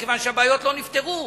מכיוון שהבעיות לא נפתרו.